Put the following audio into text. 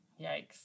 yikes